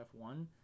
F1